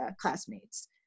classmates